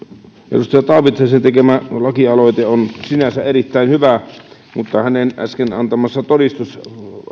edustaja taavitsaisen tekemä lakialoite on sinänsä erittäin hyvä mutta hänen äsken antamansa todistus